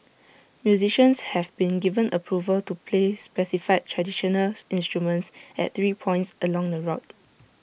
musicians have been given approval to play specified traditional instruments at three points along the route